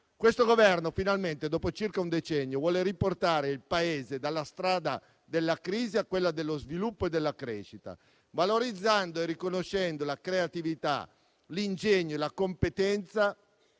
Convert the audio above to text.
Questo Governo, finalmente, dopo circa un decennio vuole riportare il Paese dalla strada della crisi a quella dello sviluppo e della crescita, valorizzando e riconoscendo la creatività, l'ingegno e la competenza